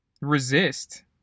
Resist